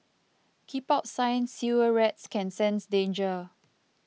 keep out sign Sewer rats can sense danger